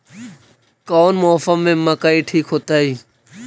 कौन मौसम में मकई ठिक होतइ?